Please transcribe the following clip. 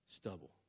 Stubble